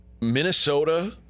Minnesota